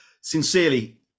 sincerely